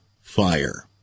fire